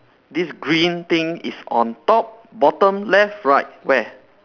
this green thing is on top bottom left right where